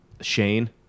Shane